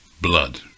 blood